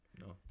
No